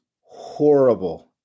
horrible